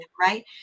right